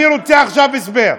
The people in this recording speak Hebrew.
אני רוצה עכשיו הסבר.